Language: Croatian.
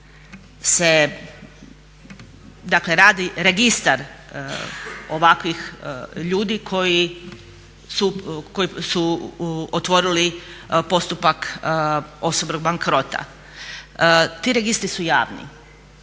radi registar ovakvih ljudi koji su otvorili postupak osobnog bankrota. Ti registri su javni.